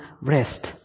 rest